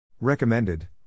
Recommended